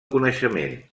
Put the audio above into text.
coneixement